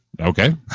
okay